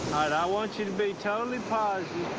i want you to be totally positive.